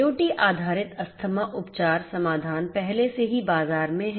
IOT आधारित अस्थमा उपचार समाधान पहले से ही बाजार में हैं